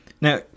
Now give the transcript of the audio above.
Now